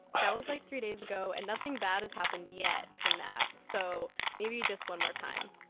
that was, like, three days ago and nothing bad has happened yet from that, so maybe just one more time